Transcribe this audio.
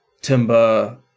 Timber